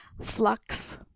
flux